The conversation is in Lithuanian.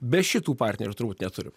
be šitų partnerių turbūt neturim